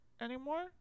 anymore